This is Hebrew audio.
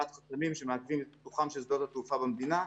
חסמים שמעכבים את פיתוחם של שדות התעופה במדינה.